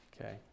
Okay